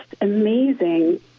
amazing